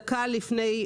דקה לפני,